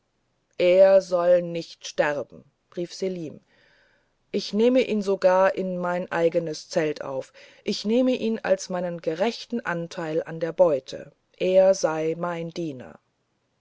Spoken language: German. er soll nicht sterben rief selim und ich nehme ihn sogar in mein eigenes zelt auf ich nehme ihn als meinen gerechten anteil an der beute er sei mein diener